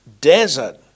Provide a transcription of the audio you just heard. desert